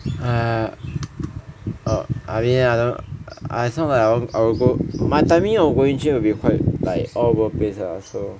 err err I mean I don't I it's not like I will go my timing will eventually be like quite all over place lah so